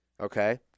okay